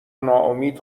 ناامید